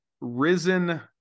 risen